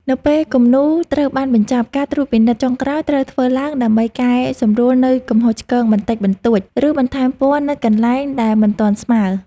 នៅពេលគំនូរត្រូវបានបញ្ចប់ ការត្រួតពិនិត្យចុងក្រោយត្រូវធ្វើឡើងដើម្បីកែសម្រួលនូវកំហុសឆ្គងបន្តិចបន្តួច ឬបន្ថែមពណ៌នៅកន្លែងដែលមិនទាន់ស្មើ។